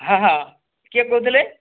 ହଁ ହଁ କିଏ କହୁଥିଲେ